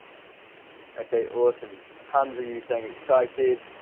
okay, awesome handler. you saying excited,